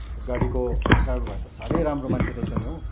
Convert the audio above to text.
गाडीको ड्राइभर भाइ त साह्रै राम्रो मान्छे रहेछ नि हौ